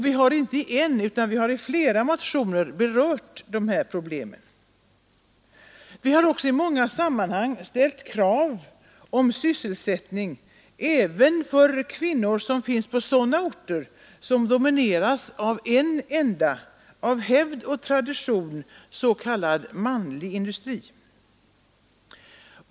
Vi har inte bara i en utan i flera motioner berört dessa problem. Vpk har också i många sammanhang ställt krav om sysselsättning även för kvinnor på sådana orter som domineras av en enda, av hävd och tradition s.k. manlig industri.